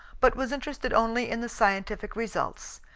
but was interested only in the scientific results,